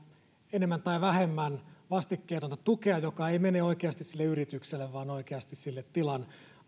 enemmän tai vähemmän vastikkeetonta tukea joka ei mene oikeasti sille yritykselle vaan oikeasti sen tilan